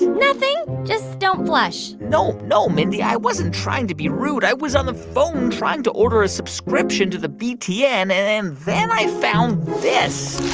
nothing. just don't flush no, no, mindy, i wasn't trying to be rude. i was on the phone trying to order a subscription to the btn, and then then i found this